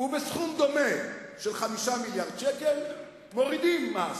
ובסכום דומה של 5 מיליארדי שקל מורידים מס,